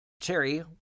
Cherry